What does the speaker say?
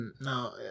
No